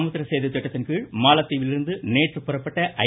சமுத்திர சேது திட்டத்தின்கீழ் மாலத்தீவிலிருந்து நேற்று புறப்பட்ட ஐ